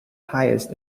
highest